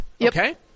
okay